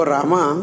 Rama